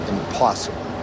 Impossible